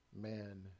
man